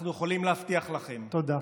אנחנו יכולים להבטיח לכם, תודה.